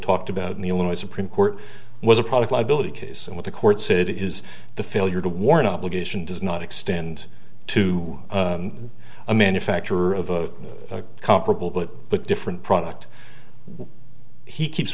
talked about in the illinois supreme court was a product liability case and what the court said is the failure to warn obligation does not extend to a manufacturer of comparable but different product he keeps